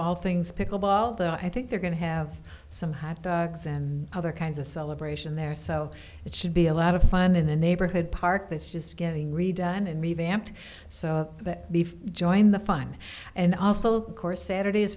all things pickle ball though i think they're going to have some hot dogs and other kinds of celebration there so it should be a lot of fun in a neighborhood park that's just getting redone and revamped so the beef join the fun and also course saturday